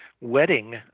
wedding